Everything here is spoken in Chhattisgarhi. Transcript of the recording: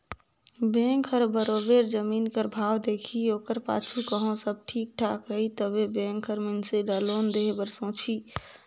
बेंक हर बरोबेर जमीन कर भाव देखही ओकर पाछू कहों सब ठीक ठाक रही तबे बेंक हर मइनसे ल लोन देहे बर सोंचही